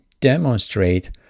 demonstrate